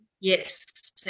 Yes